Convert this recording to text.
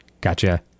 Gotcha